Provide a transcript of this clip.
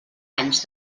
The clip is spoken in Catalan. anys